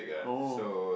oh